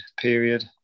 period